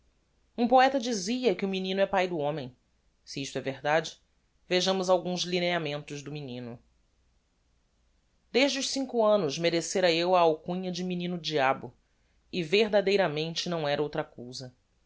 um poeta dizia que o menino é pae do homem se isto é verdade vejamos alguns lineamentos do menino desde os cinco annos merecera eu a alcunha de menino diabo e verdadeiramente não era outra cousa